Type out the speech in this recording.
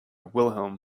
wilhelm